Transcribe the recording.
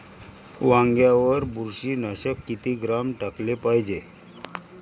वांग्यावर बुरशी नाशक किती ग्राम टाकाले पायजे?